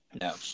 No